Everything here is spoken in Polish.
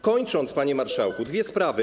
Kończąc, panie marszałku, dwie sprawy.